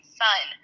son